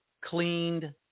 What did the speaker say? cleaned